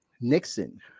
Nixon